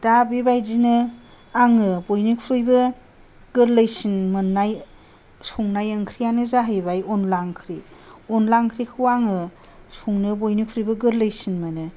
दा बेबायदिनो आङो बयनिख्रुइबो गोरलैसिन मोननाय संनाय ओंख्रिआनो जाहैबाय अनला ओंख्रि अनला ओंख्रिखौ आङो संनो बयनिख्रुइबो गोरलैसिन मोनो